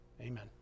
Amen